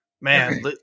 Man